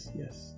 yes